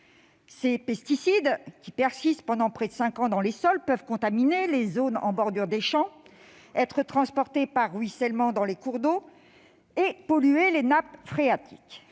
Ces pesticides, qui persistent pendant près de cinq ans dans les sols, peuvent contaminer les zones en bordure des champs, être transportés par ruissellement dans les cours d'eau et polluer les nappes phréatiques.